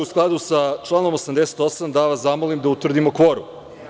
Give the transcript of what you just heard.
U skladu sa članom 88. ću da vas zamolim da utvrdimo kvorum.